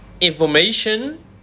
information